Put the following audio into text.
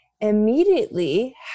immediately